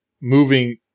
moving